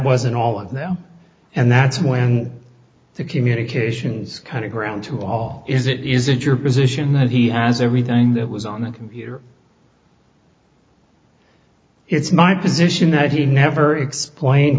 wasn't all and now and that's when the communications kind of ground to all is it is it your position that he has everything that was on the computer it's my position that he never explain